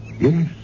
yes